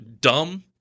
dumb